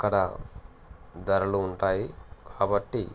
అక్కడ ధరలు ఉంటాయి కాబట్టి